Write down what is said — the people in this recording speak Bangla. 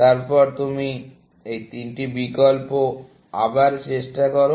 তারপর তুমি এই তিনটি বিকল্প আবার চেষ্টা করো